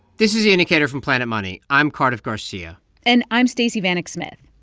this is the indicator from planet money. i'm cardiff garcia and i'm stacey vanek smith.